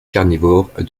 carnivores